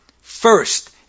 First